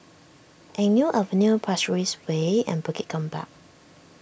Eng Neo Avenue Pasir Ris Way and Bukit Gombak